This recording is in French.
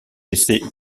laissé